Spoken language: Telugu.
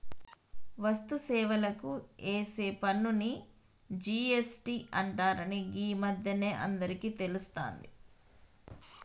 వస్తు సేవలకు ఏసే పన్నుని జి.ఎస్.టి అంటరని గీ మధ్యనే అందరికీ తెలుస్తాంది